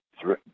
Three